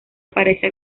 aparece